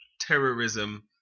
terrorism